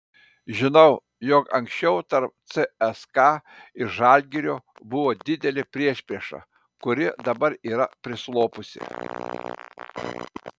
žinau jog anksčiau tarp cska ir žalgirio buvo didelė priešprieša kuri dabar yra prislopusi